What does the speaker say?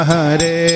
Hare